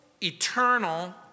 eternal